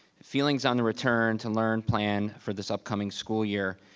feelings on the return to learn plan for this upcoming school year.